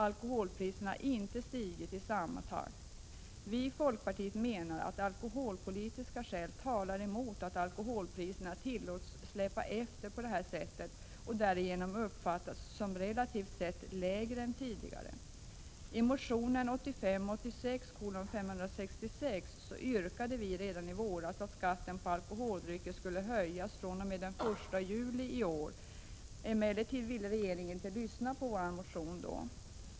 Alkoholpriserna har inte stigit i samma takt. Vi i folkpartiet menar att alkoholpolitiska skäl talar emot att alkoholpriserna tillåts släpa efter på detta sätt och därigenom uppfattas som relativt sett lägre än tidigare. I motion 1985/86:566 yrkade vi redan i våras att skatten på alkoholdrycker skulle höjas fr.o.m. den 1 juli 1986. Emellertid ville regeringen inte lyssna då.